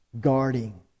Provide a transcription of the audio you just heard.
Guarding